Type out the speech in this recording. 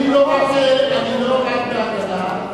אני לא רק בהגנה,